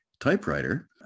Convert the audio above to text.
typewriter